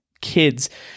kids